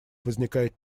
возникает